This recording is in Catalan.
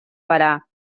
parar